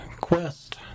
quest